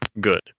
good